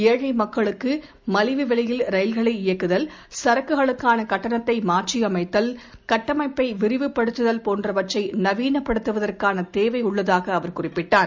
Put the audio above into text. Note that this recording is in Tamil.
ஏழை மக்களுக்கு மலிவு விவையில் ரயில்களை இயக்குதல் சரக்குகளுக்கான கட்டணத்தை மாற்றியமைத்தல் கட்டமைப்பை விரிவுபடுத்துதல் போன்றவற்றை நவீனப்படுத்துவதற்கான தேவை உள்ளதாக அவர் குறிப்பிட்டார்